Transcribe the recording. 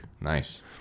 nice